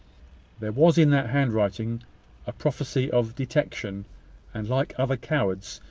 there was in that handwriting a prophecy of detection and, like other cowards,